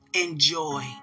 Enjoy